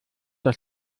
der